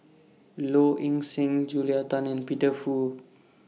Low Ing Sing Julia Tan and Peter Fu